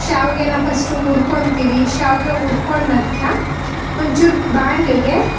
ಶಾವಿಗೆನ first ಉರ್ಕೊಳ್ತೀವಿ ಶಾವಿಗೆ ಉರ್ಕೊಂಡು ನಂತರ ಒಂದ್ಚೂರು ಬಾಣಲೆಗೆ